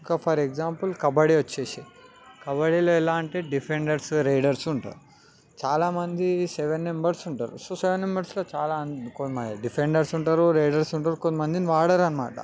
ఒక for example kabaddi వచ్చేసి కబడీలో ఎలా అంటే డిఫెండర్సు రేడర్సు ఉంటారు చాలా మంది సెవెన్ నంబర్స్ ఉంటారు సో సెవెన్ నెంబర్స్లో చాలా డిఫెండర్స్ ఉంటారు రేడర్స్ ఉంటారు కొంత మంది వాడరు అన్నమాట